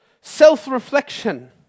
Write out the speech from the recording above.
self-reflection